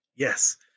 Yes